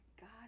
God